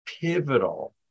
pivotal